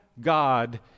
God